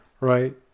right